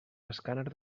escàner